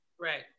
Right